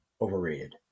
overrated